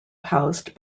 housed